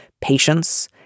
patience